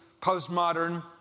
post-Modern